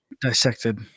Dissected